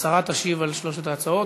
השרה תשיב על שלוש ההצעות,